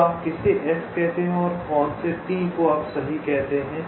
अब आप किसे S कहते हैं और कौन से T को आप सही कहते हैं